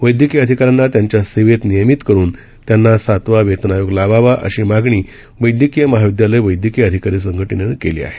वैद्यकीय अधिकाऱ्यांना त्यांच्या सेवे मध्ये नियमित करून त्यांना सातवा वेतन आयोग लावावा अशी मागणी वैद्यकीय महाविद्यालय वैद्यकीय अधिकारी संघटनेनं केली आहे